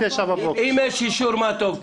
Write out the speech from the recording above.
אם יש אישור, מה טוב.